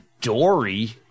Dory